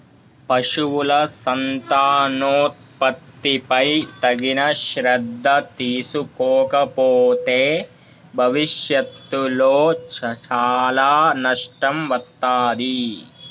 పశువుల సంతానోత్పత్తిపై తగిన శ్రద్ధ తీసుకోకపోతే భవిష్యత్తులో చాలా నష్టం వత్తాది